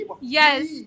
yes